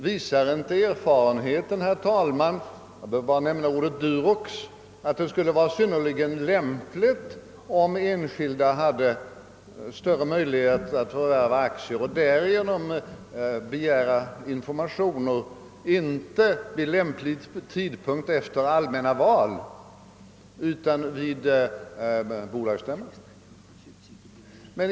Visar inte erfarenheten, herr talman — jag behöver bara nämna namnet Durox — att det skulle vara synnerligen lämpligt om enskilda hade störe möjlighet att förvärva aktier i ett statligt företag och därigenom också att få fram informationer, inte vid. »lämplig» tidpunkt efter allmänna val, utan vid bolagsstämman?